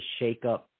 shakeup